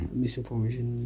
misinformation